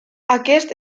aquest